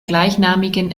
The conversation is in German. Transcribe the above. gleichnamigen